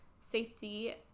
safety